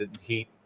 heat